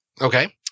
Okay